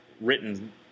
written